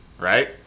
Right